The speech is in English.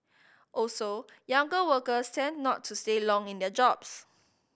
also younger workers tend not to stay long in their jobs